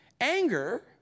Anger